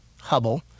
Hubble